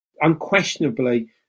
unquestionably